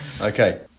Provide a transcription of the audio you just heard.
Okay